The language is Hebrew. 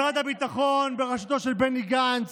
משרד הביטחון, בראשותו של בני גנץ,